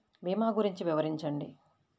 భీమా గురించి వివరించండి?